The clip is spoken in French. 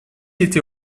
été